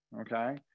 okay